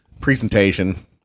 presentation